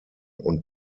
und